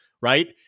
right